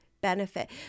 benefit